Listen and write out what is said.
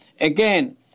Again